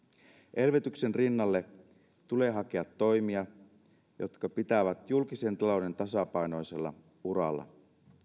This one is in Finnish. elvytyksen rinnalle tulee hakea toimia jotka pitävät julkisen talouden tasapainoisella uralla